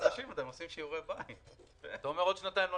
שתי שאלות